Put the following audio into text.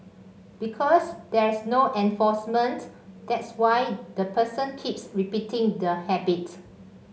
because there's no enforcement that's why the person keeps repeating the habits